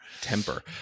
Temper